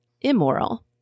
immoral